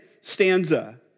stanza